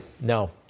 no